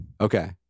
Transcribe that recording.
Okay